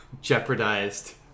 jeopardized